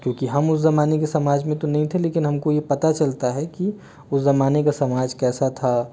क्योंकि हम उस ज़माने के समाज में तो नहीं थे लेकिन हमको ये पता चलता है कि उस ज़माने का समाज कैसा था